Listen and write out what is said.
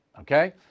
Okay